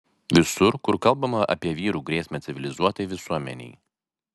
visur kur kalbama apie vyrų grėsmę civilizuotai visuomenei